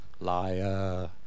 liar